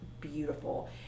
beautiful